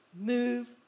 move